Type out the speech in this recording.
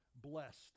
blessed